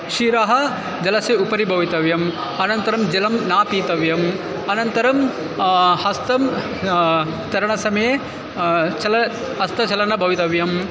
शिरः जलस्य उपरि भवितव्यम् अनन्तरं जलं न पीतव्यम् अनन्तरं हस्तं तरणसमये चल हस्तचालनं भवितव्यम्